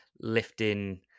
lifting